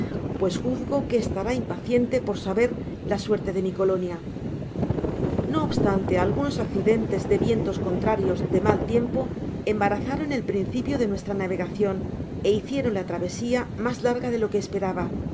pues juzgo que estará impaciente por saber la suerte de mi colonia no obstante algunos accidentes de vientos contrarios de mal tiempo embarazaron el principio de nuestra navegacion é hicieron la travesia mas larga de lo que esperaba